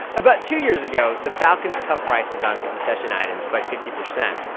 about two years ago, the falcons cut prices on concession items by fifty percent.